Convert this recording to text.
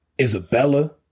Isabella